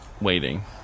waiting